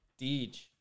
Deej